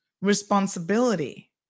responsibility